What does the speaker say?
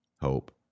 hope